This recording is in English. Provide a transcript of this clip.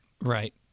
Right